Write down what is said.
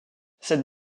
cette